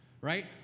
right